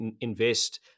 invest